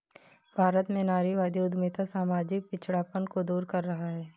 भारत में नारीवादी उद्यमिता सामाजिक पिछड़ापन को दूर कर रहा है